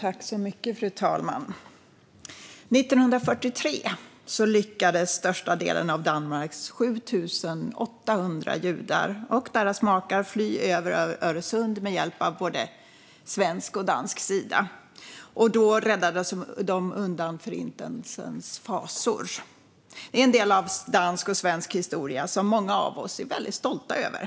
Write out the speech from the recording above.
Fru talman! År 1943 lyckades största delen av Danmarks 7 800 judar och deras makar med hjälp från både svensk och dansk sida fly över Öresund och räddas undan Förintelsens fasor. Det är en del av dansk och svensk historia som många av oss är väldigt stolta över.